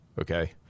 okay